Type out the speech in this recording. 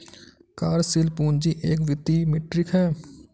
कार्यशील पूंजी एक वित्तीय मीट्रिक है